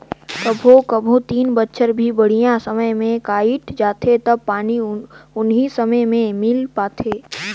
कभों कभों तीन बच्छर भी बड़िहा समय मे कइट जाथें त पानी उनी समे मे मिल पाथे